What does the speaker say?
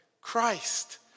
Christ